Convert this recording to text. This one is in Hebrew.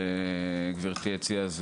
שגברתי הציעה,